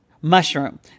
Mushroom